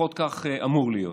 לפחות כך אמור להיות.